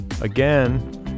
Again